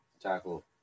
tackle